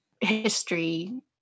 history